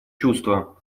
чувство